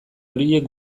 horiek